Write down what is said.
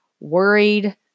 worried